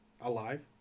Alive